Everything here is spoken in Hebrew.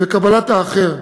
ולקבלת האחר.